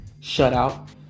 shutout